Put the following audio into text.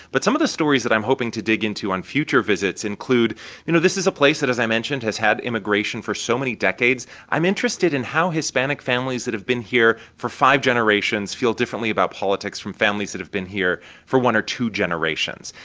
but some of the stories that i'm hoping to dig into on future visits include you know, this is a place that, as i mentioned, has had immigration for so many decades. i'm interested in how hispanic families that have been here for five generations feel differently about politics from families that have been here for one or two generations.